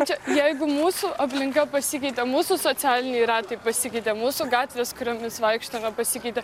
čia jeigu mūsų aplinka pasikeitė mūsų socialiniai ratai pasikeitė mūsų gatvės kuriomis vaikštome pasikeitė